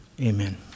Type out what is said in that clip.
Amen